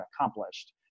accomplished